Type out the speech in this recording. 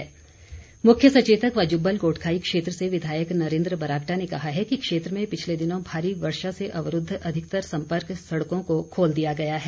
बरागटा मुख्य सचेतक व जुब्बल कोटखाई क्षेत्र से विधायक नरेन्द्र बरागटा ने कहा है कि क्षेत्र में पिछले दिनों भारी वर्षा से अवरूद्ध अधिकतर सम्पर्क सड़कों को खोल दिया गया है